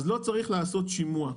אז לא צריך לעשות שימוע.